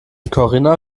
corinna